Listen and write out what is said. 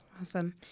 Awesome